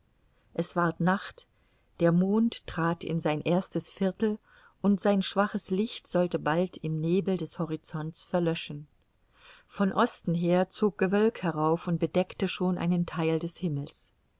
es ward nacht der mond trat in sein erstes viertel und sein schwaches licht sollte bald im nebel des horizonts verlöschen von osten her zog gewölk herauf und bedeckte schon einen theil des himmels